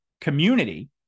community